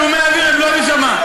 מתצלומי האוויר הם לא היו שם.